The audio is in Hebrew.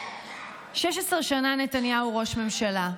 16 שנה נתניהו הוא ראש ממשלה,